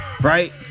right